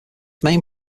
main